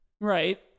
Right